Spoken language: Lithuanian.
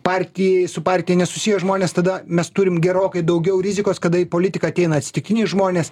partijai su partija nesusiję žmonės tada mes turim gerokai daugiau rizikos kada į politiką ateina asitikiniai žmonės